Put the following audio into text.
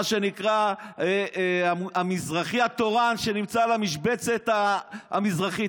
מה שנקרא המזרחי התורן שנמצא על המשבצת המזרחית.